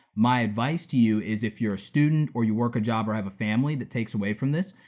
my advice to you is if you're a student or you work a job or have a family that takes away from this,